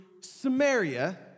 Samaria